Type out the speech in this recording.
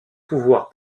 pouvoir